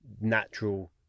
natural